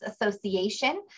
Association